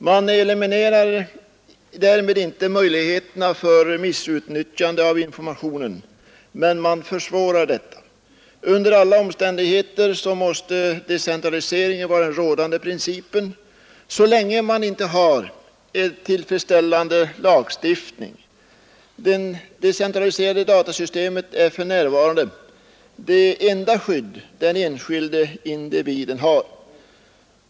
Man eliminerar därmed inte möjligheterna för missbruk av informationen, men man försvårar detta. Under alla omständigheter måste decentraliseringen vara den rådande principen så länge man inte har en tillfredsställande lagstiftning. Det decentraliserade datasystemet är för närvarande det enda skydd den enskilde individen har.